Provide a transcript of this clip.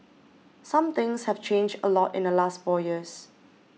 some things have changed a lot in the last four years